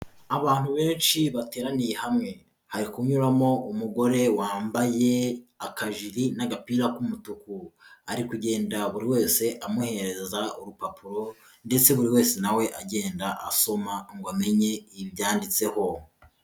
Abantu benshi bateraniye hamwe, hari kunyuramo umugore wambaye akajiri n'agapira k'umutuku, ari kugenda buri wese amuhereza urupapuro ndetse buri wese nawe agenda asoma ngo amenye ibyanditseho.